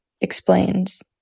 explains